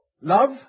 Love